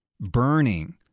burning